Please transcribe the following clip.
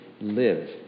live